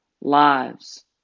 lives